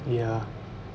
yeah